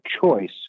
choice